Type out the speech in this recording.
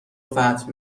فتح